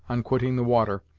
on quitting the water,